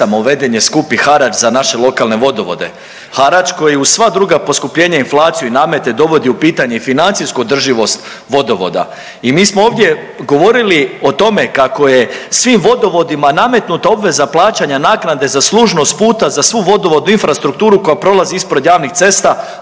uveden je skupi harač za naše lokalne vodovode, harač koji uz sva druga poskupljenja, inflaciju i namete dovodi u pitanje financijsku održivost vodovoda. I mi smo ovdje govorili o tome kako je svim vodovodima nametnuta obveza plaćanja naknade za služnost puta za svu vodovodnu infrastrukturu koja prolazi ispred javnih cesta,